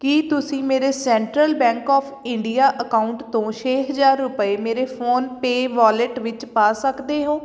ਕੀ ਤੁਸੀਂ ਮੇਰੇ central bank of India account ਤੋਂ ਛੇ ਹਜ਼ਾਰ ਰੁਪਏ ਮੇਰੇ ਫੋਨਪੇ ਵੋਲੇਟ ਵਿੱਚ ਪਾ ਸਕਦੇ ਹੋ